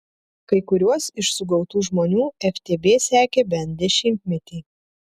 kai kuriuos iš sugautų žmonių ftb sekė bent dešimtmetį